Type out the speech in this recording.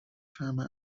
فهمه